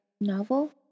novel